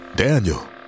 Daniel